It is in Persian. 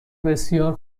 بسیار